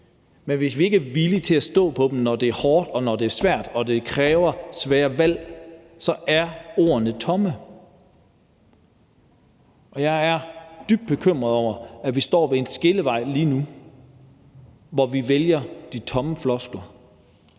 men hvis vi ikke er villige til at stå fast på dem, når det er hårdt, og når det er svært og det kræver svære valg, så er ordene tomme. Jeg er dybt bekymret over, at vi står ved en skillevej lige nu, hvor vi vælger de tomme floskler